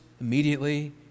immediately